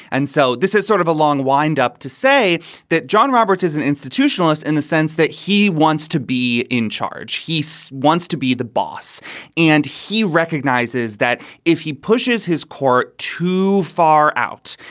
and so this is sort of a long wind up to say that john roberts is an institutionalist in the sense that he wants to be in charge. he so wants to be the boss and he recognizes that if he pushes his court too far out,